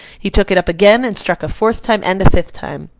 he took it up again and struck a fourth time and fifth time.